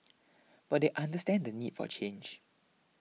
but they understand the need for change